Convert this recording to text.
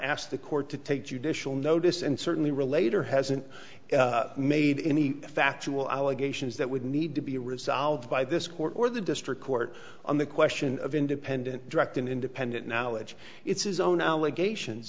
asked the court to take judicial notice and certainly relator hasn't made any factual allegations that would need to be resolved by this court or the district court on the quest of independent direct and independent knowledge it's his own allegations